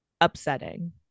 upsetting